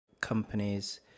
companies